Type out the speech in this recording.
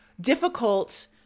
difficult